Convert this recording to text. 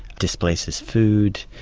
displaces food,